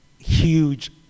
huge